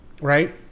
Right